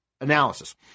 analysis